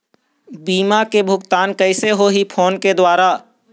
बीमा के भुगतान कइसे होही फ़ोन के द्वारा?